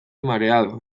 mareado